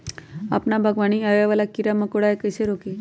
अपना बागवानी में आबे वाला किरा मकोरा के कईसे रोकी?